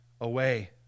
away